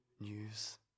news